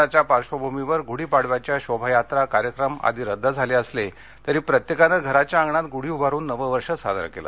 कोरोनाच्या पार्श्वभूमीवर गुढीपाडव्याच्या शोभायात्रा कार्यक्रम आदी रद्द झाले असले तरी प्रत्येकाने घराच्या अंगणात गुढी उभारून नववर्ष साजरे केले